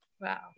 Wow